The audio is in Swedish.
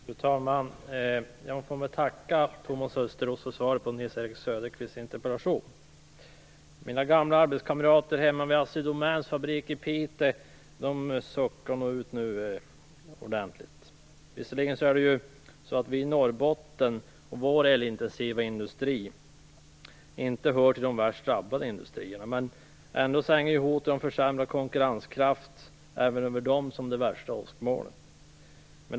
Fru talman! Jag får väl tacka Tomas Östros för svaret på Nils-Erik Söderqvists interpellation. Assi Domäns fabrik i Piteå pustar nog ut ordentligt nu. Visserligen hör vi i Norrbotten och vår elintensiva industri inte till de värst drabbade. Men ändå hänger hotet om försämrad konkurrenskraft över oss som det värsta åskmoln.